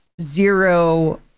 zero